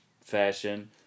fashion